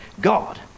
God